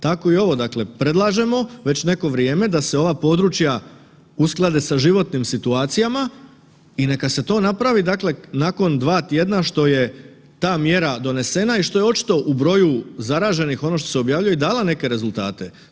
Tako i ovo, dakle predlažemo već neko vrijeme da se ova područja usklade sa životnim situacijama i neka se to napravi dakle, nakon 2 tjedna što je ta mjera donesena i što je očito u broju zaraženih, ono što se objavljuje, i dala neke rezultate.